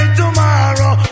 tomorrow